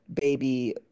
baby